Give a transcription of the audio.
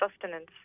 sustenance